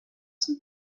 some